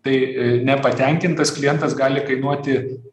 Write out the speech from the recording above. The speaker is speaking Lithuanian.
tai nepatenkintas klientas gali kainuoti